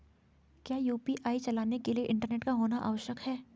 क्या यु.पी.आई चलाने के लिए इंटरनेट का होना आवश्यक है?